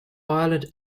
ireland